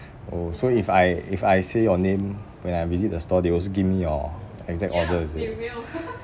oh so if I if I say your name when I visit the stall they will also give me your exact order is it